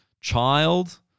child